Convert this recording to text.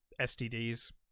STDs